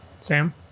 Sam